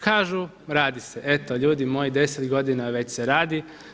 Kažu radi se, eto ljudi moji 10 godina već se radi.